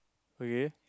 okay